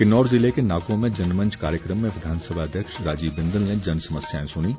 किन्नौर ज़िले के नाको में जनमंच कार्यक्रम में विधानसभा अध्यक्ष राजीव बिंदल ने जन समस्याएं सुनीं